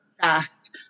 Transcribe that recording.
fast